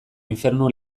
infernu